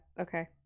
okay